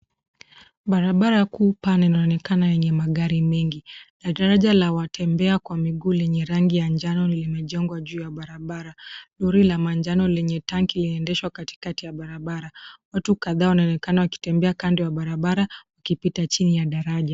Barabara kuu pana inaonekana yenye magari mengi. Daraja la watembea kwa miguu lenye rangi ya njano limejengwa juu ya barabara. Lori la manjano lenye tanki linaendeshwa kati ya barabara. Watu kadhaa wanaonekana wakitembea kando ya barabara wakipita chini ya daraja.